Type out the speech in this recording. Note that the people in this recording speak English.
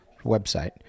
website